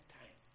time